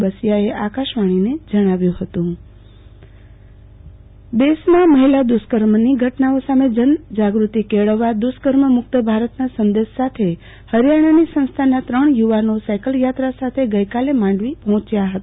બસીયાએ આકાશવાણીને જણાવ્યુ હતું આરતીબેન ભદ્દ સાયકલ યાત્રા દેશમાં મહિલા દુષ્કર્મની ઘટનાઓ સામે જનજાગૃતિ કેળવવા દુષ્કર્મ મુત્ત ભારતના સંદેશ સાથે હરિયાણાની સંસ્થાના ત્રણ યુ વાનો સાઈકલયાત્રા સાથે ગઈકાલે માંડવી પર્હોચ્યા હતા